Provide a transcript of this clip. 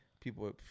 People